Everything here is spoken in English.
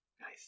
Nice